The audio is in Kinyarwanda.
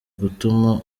gutuma